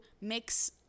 mix